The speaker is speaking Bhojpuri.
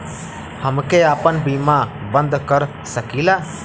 हमके आपन बीमा बन्द कर सकीला?